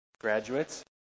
Graduates